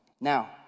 Now